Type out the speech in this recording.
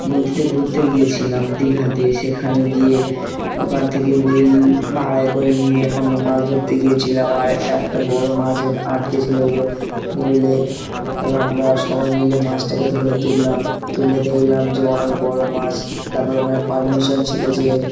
নদীতে ঘুরতে গিয়েছিলাম দীঘাতে সেখানে গিয়ে ওখান থেকে হুইল ভাড়াই করে নিয়ে আমরা মাছ ধরতে গিয়েছিলাম আর একটা বড়ো মাছের আটকে ছিলো হুইলে তারপর আমরা সবাই মিলে মাছটাকে ধরে তুললাম তুলে দেখলাম যে অনেক বড়ো মাছ তারপর ওখানে পারমিশন ছিল যে